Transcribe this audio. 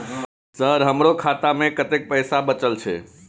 Sir हमरो खाता में कतेक पैसा बचल छे?